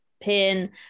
pin